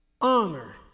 honor